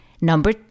Number